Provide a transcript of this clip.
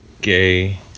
gay